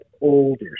older